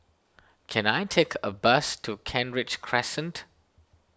can I take a bus to Kent Ridge Crescent